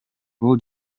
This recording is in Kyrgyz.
бул